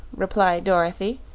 replied dorothy,